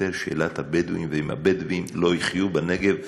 תיפתר שאלת הבדואים ואם הבדואים לא יחיו בנגב ברווחה,